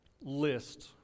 list